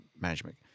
management